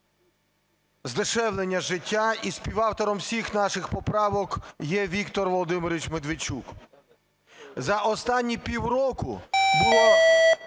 здешевлення життя. І співавтором всіх наших поправок є Віктор Володимирович Медведчук. За останні пів року було